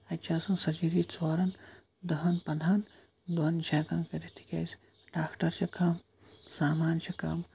اَتہِ چھِ آسان سرجری ژورَن دَہَن پَنٛدہَن دۄہن چھِ ہیٚکان کٔرِتھ کیازِ ڈاکٹَر چھِ کَم سامان چھُ کَم